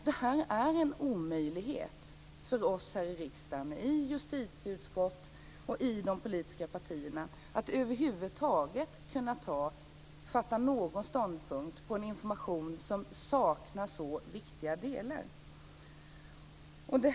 Det är en omöjlighet för oss i riksdagen, i justitieutskottet och i de politiska partierna, att över huvud taget inta en ståndpunkt utifrån en information där mycket viktiga delar saknas.